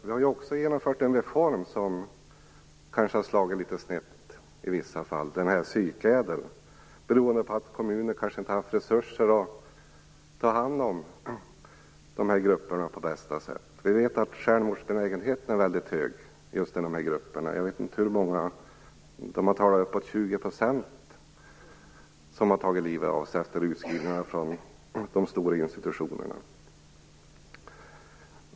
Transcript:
Vi har också genomfört en reform som kanske har slagit litet snett i vissa fall, nämligen psykädel. Det har berott på att kommunerna kanske inte haft resurser att ta hand om de här grupperna på bästa sätt. Vi vet att självmordsbenägenheten är väldigt hög i de här grupperna. Det har talats om att uppemot 20 % har tagit livet av sig efter utskrivningarna från de stora institutionerna.